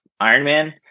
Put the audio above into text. Ironman